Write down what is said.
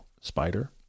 Spider